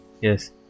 Yes